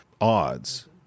odds